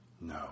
No